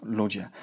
ludzie